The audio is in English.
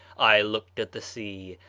i looked at the sea,